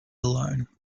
alone